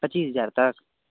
पच्चीस हज़ार तक